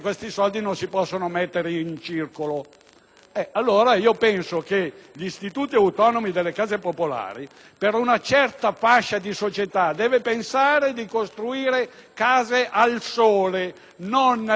circolo? Penso che l'Istituto autonomo case popolari per una certa fascia sociale deve pensare di costruire case al sole, non nella nebbia o al freddo della Padania.